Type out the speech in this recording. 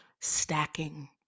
stacking